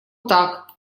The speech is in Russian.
так